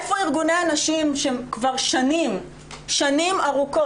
היכן ארגוני הנשים שכבר שנים ארוכות